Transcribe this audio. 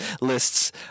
lists